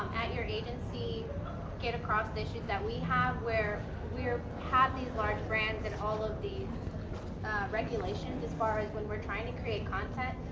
your agency get across the issues that we have where we have these large brands and all of these regulations as far as when we're trying to create content,